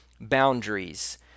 boundaries